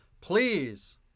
Please